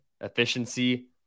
efficiency